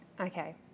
Okay